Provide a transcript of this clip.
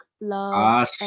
love